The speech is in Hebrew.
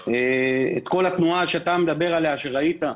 את כל התנועה שאתה מדבר עליה, שראית,